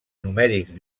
numèrics